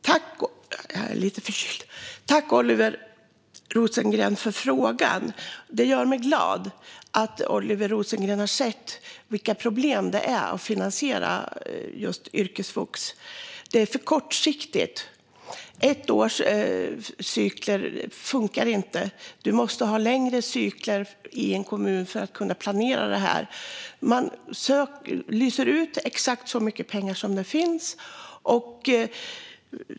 Fru talman! Tack, Oliver Rosengren, för frågan! Det gör mig glad att Oliver Rosengren har sett de problem som finns när det gäller att finansiera yrkesvux. Det är för kortsiktigt. Ett års cykler funkar inte - du måste ha längre cykler i en kommun för att kunna planera detta. Man lyser ut exakt så mycket pengar som finns.